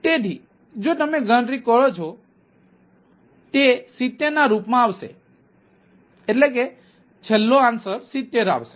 તેથી જો તમે ગણતરી કરો છો તેથી તે 70 ના રૂપમાં આવશે